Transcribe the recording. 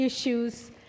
issues